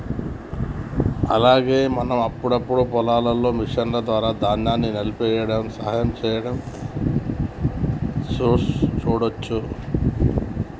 అలాగే మనం అప్పుడప్పుడు పొలాల్లో మిషన్ల ద్వారా ధాన్యాన్ని నలిపేయ్యడంలో సహాయం సేయడం సూడవచ్చు